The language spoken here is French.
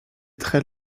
très